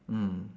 mm